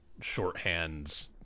shorthands